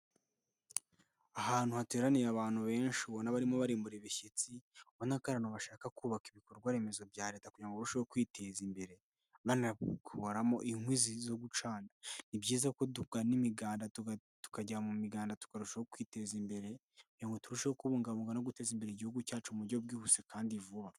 Ahantu hateraniye abantu benshi ubona barimo barimbura ibishyitsi, ubona ko bashaka kubaka ibikorwa remezo bya leta kugira ngo barusheho kwiteza imbere. Banakuramo inkwizi zo gucana. Ni byiza ko dukora imiganda tukajya mu miganda tukarushaho kwiteza imbere kugira ngo turusheho kubungabunga no guteza imbere igihugu cyacu mu buryo bwihuse kandi vuba.